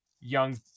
young